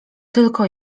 tylko